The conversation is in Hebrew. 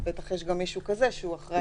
שהוא מטעם